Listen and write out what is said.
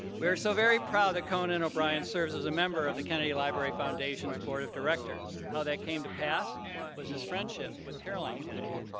we are so very proud that conan o'brien serves as a member of the kennedy library foundation's board of directors, how that came to pass was his friendship with caroline kennedy.